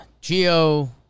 Geo